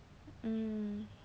hmm